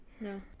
No